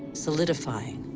solidifying,